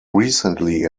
recently